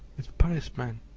with pious mien,